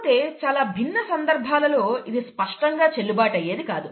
కాకపోతే చాలా భిన్న సందర్భాలలో ఇది స్పష్టంగా చెల్లుబాటు అయ్యేది కాదు